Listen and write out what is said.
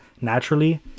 naturally